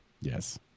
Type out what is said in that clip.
Yes